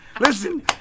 listen